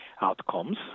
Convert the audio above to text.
outcomes